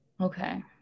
Okay